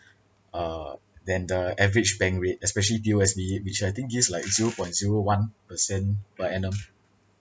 uh than the average bank rate especially P_O_S_B which I think gives like zero point zero one per cent per annum